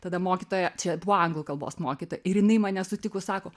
tada mokytoja čia buvo anglų kalbos mokytoja ir jinai mane sutikus sako